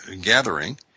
gathering